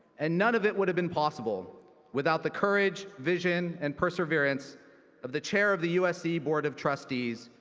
and none of it would have been possible without the courage, vision and perseverance of the chair of the usc board of trustees,